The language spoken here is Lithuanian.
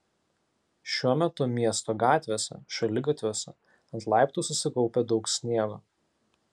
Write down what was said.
šiuo metu miesto gatvėse šaligatviuose ant laiptų susikaupę daug sniego